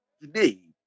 today